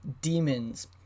demons